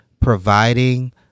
providing